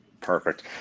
Perfect